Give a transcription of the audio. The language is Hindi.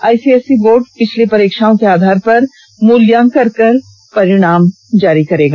आइसीएसई बोर्ड पिछली परीक्षाओं के आधार पर मूल्यांकन कर परिणाम जारी करेगी